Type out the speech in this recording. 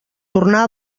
tornar